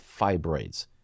fibroids